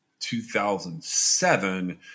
2007